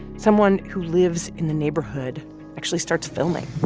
someone who lives in the neighborhood actually starts filming